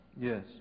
Yes